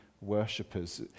worshippers